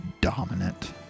dominant